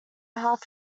half